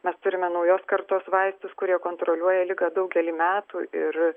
mes turime naujos kartos vaistus kurie kontroliuoja ligą daugelį metų ir